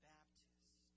Baptist